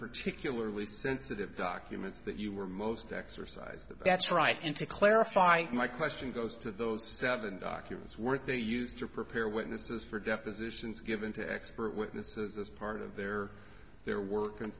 particularly sensitive documents that you were most exercised that's right and to clarify my question goes to those devan documents weren't they used to prepare witnesses for depositions given to expert witnesses as part of their their work and